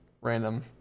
random